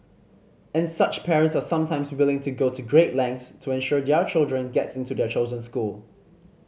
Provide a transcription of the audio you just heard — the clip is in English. and such parents are sometimes willing to go to great lengths to ensure their child gets into their chosen school